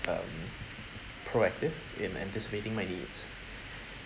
um proactive in anticipating my needs